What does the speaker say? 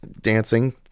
dancing